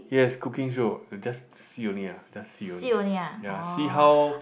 yes cooking show just see only ah just see only ya see how